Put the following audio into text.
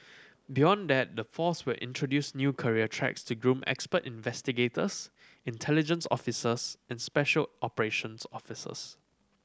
beyond that the force will introduce new career tracks to groom expert investigators intelligence officers and special operations officers